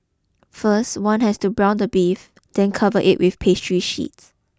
first one has to brown the beef then cover it with pastry sheet